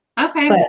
Okay